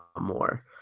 more